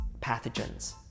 pathogens